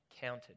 counted